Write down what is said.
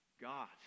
god